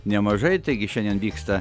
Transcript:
nemažai taigi šiandien vyksta